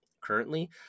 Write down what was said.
currently